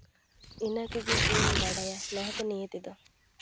ᱤᱱᱟᱹ ᱠᱚᱜᱮ ᱤᱧᱫᱚᱧ ᱵᱟᱰᱟᱭᱟ ᱱᱚᱣᱟ ᱠᱚ ᱱᱤᱭᱮ ᱛᱮᱫᱚ